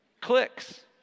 Clicks